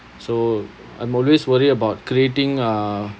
so I'm always worry about creating uh